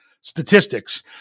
statistics